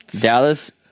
Dallas